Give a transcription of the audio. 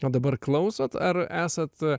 o dabar klausot ar esat